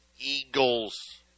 eagles